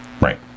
Right